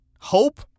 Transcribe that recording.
Hope